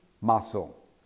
muscle